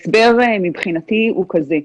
ההסבר מבחינתי הוא כזה.